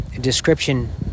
description